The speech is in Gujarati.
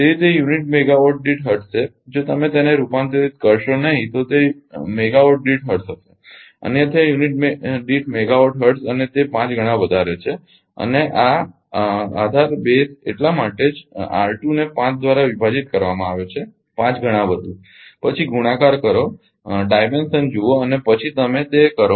તેથી તે મેગાવાટ દીઠ હર્ટ્ઝ છે જો તમે તેને રૂપાંતરિત કરશો નહીં તો તે મેગાવાટ દીઠ હર્ટ્ઝ હશે અન્યથા યુનિટ દીઠ મેગાવાટ હર્ટ્ઝ અને તે 5 ગણા વધારે છે અને આ આધાર એટલા માટે જ R2 ને 5 દ્વારા વિભાજિત કરવામાં આવે છે 5 ગણા વધુ પછી ગુણાકાર કરો પરિમાણ જુઓ અને પછી તમે તે કરો